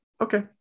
Okay